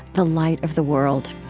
the light of the world.